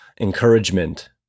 encouragement